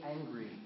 angry